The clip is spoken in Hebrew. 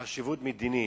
חשיבות מדינית.